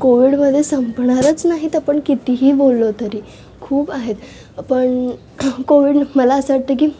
कोव्हीडमध्ये संपणारच नाहीत आपण कितीही बोललो तरी खूप आहेत पण कोव्हीड मला असं वाटतं की